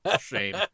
Shame